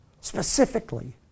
specifically